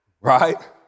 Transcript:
Right